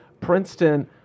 Princeton